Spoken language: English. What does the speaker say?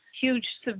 huge